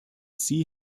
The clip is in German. sie